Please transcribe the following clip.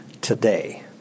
today